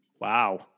Wow